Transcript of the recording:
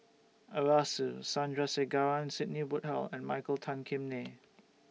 Arasu Sandrasegaran Sidney Woodhull and Michael Tan Kim Nei